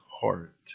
heart